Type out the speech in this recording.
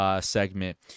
segment